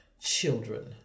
children